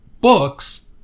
books